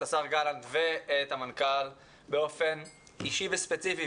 השר גלנט ואת המנכ"ל באופן אישי וספציפי,